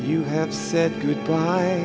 you have said good bye